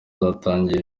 zatangiye